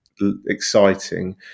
exciting